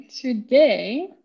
today